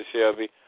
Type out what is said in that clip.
Shelby